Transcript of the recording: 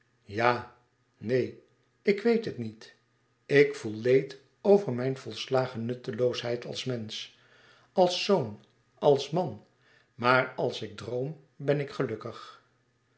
ja neen ik weet het niet ik voel leed over mijn volslagen nutteloosheid als mensch als zoon als man maar als ik droom ben ik gelukkig